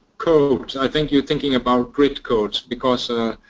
codes i think you're thinking about grid codes because